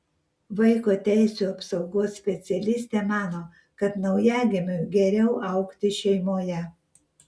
vaiko teisių apsaugos specialistė mano kad naujagimiui geriau augti šeimoje